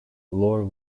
lore